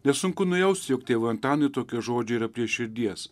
nesunku nujausti jog tėvui antanui tokie žodžiai yra prie širdies